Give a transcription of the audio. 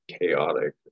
chaotic